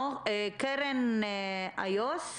קרן איוס,